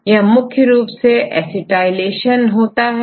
Lys60Lys83 Lys145 पर मुख्य रूप से accetylation होता है